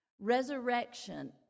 Resurrection